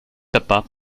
papa